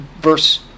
Verse